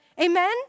Amen